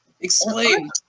explain